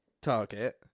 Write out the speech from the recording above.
target